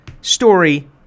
story